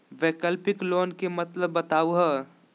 वैकल्पिक लोन के मतलब बताहु हो?